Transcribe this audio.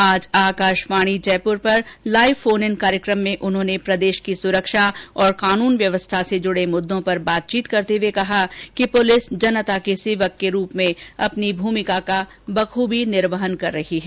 आज आकाशवाणी जयपुर पर live phone in कार्यक्रम में उन्होंने प्रदेश की सुरक्षा और कानून व्यवस्था से जुड़े मुददों पर बातचीत करते हुए कहा कि पुलिस जनता के सेवक के रूप में अपनी भूमिका का बखूबी निर्वहन कर रही है